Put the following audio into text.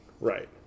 right